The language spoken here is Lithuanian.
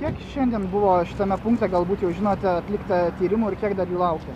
kiek šiandien buvo šitame punkte galbūt jau žinote atlikta tyrimų ir kiek dar jų laukia